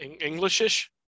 english-ish